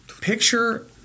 picture